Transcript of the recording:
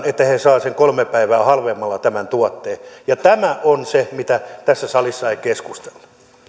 että he saavat kolme päivää halvemmalla tämän tuotteen tämä on se mistä tässä salissa ei keskustella